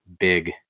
big